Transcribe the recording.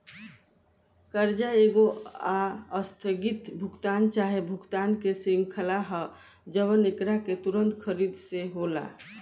कर्जा एगो आस्थगित भुगतान चाहे भुगतान के श्रृंखला ह जवन एकरा के तुंरत खरीद से होला